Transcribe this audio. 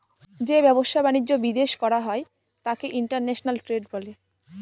যে ব্যবসা বাণিজ্য বিদেশ করা হয় তাকে ইন্টারন্যাশনাল ট্রেড বলে